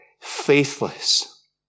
faithless